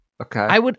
Okay